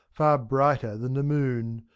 far brighter than the moon!